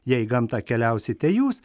jei į gamtą keliausite jūs